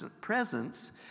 presence